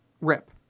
Rip